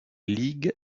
league